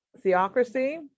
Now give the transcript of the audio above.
theocracy